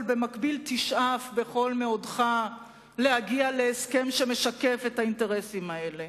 אבל במקביל תשאף בכל מאודך להגיע להסכם שמשקף את האינטרסים האלה.